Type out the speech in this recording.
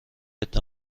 عده